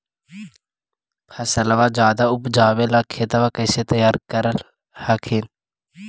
फसलबा ज्यादा उपजाबे ला खेतबा कैसे तैयार कर हखिन?